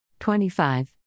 25